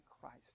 Christ